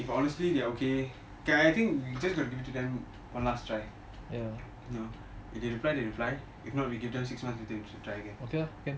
but honestly if they are okay I think you just gotta give to them one last try you know if they reply they reply if not we give them six months to think to try again